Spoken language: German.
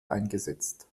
eingesetzt